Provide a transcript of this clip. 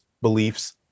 beliefs